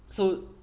so